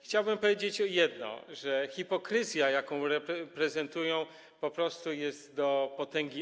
Chciałbym powiedzieć jedno: Hipokryzja, jaką reprezentują, po prostu jest podniesiona do n-tej potęgi.